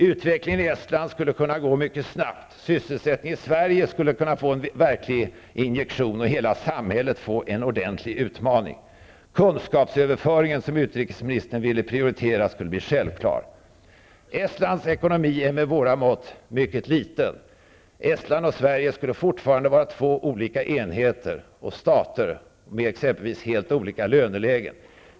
Utvecklingen i Estland skulle kunna gå mycket snabbt. Sysselsättningen i Sverige skulle verkligen kunna få en injektion och hela samhället en ordentlig utmaning. Kunskapsöverföringen, som utrikesministern ville prioritera, skulle bli en självklarhet. Estlands ekonomi är med våra mått mätt mycket liten. Estland och Sverige skulle fortsätta att vara två olika enheter, stater, med exempelvis helt olika lönelägen.